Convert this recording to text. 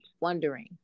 wondering